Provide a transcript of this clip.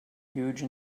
huge